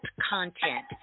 content